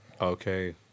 Okay